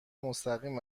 مستقیم